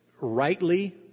rightly